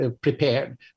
prepared